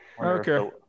okay